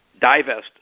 divest